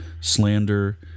slander